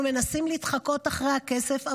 אנחנו מנסים להתחקות אחרי הכסף,